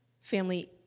Family